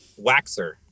waxer